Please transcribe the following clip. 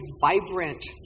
vibrant